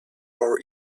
our